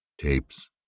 Tapes